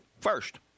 first